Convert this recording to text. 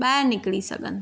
ॿाहिरि निकिरी सघनि